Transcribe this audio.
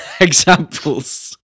examples